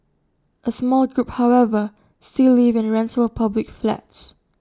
A small group however still live in rental public flats